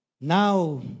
Now